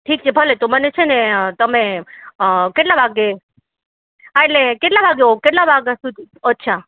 ઠીક છે ભલે તો મને છે ને તમે કેટલા વાગે હા એટલે કેટલા વાગે આવું કેટલા વાગ્યા સુધી અચ્છા